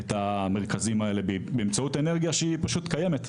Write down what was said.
את המרכזים האלה באמצעות אנרגיה שהיא פשוט קיימת,